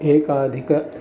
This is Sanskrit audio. एकाधिकम्